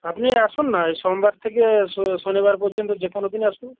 আপনি আসুন না এই সোমবার থেকে শনিবার পর্যন্ত যে কোনো দিন আসুন